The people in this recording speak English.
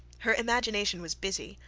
her imagination was busy,